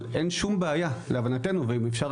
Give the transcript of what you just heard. אבל אין שום בעיה להבנתנו ואם אפשר,